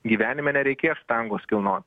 gyvenime nereikės štangos kilnot